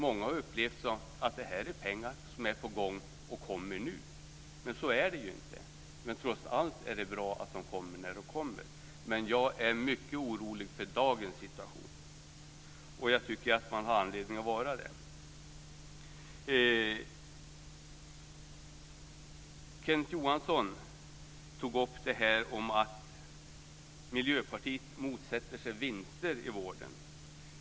Många har nämligen upplevt att detta är pengar som är på gång och som kommer nu, men så är det ju inte. Men det är trots allt bra att de kommer när de kommer. Men jag är mycket orolig över dagens situation, och jag tycker att man har anledning att vara det. Kenneth Johansson tog upp att Miljöpartiet motsätter sig vinster i vården.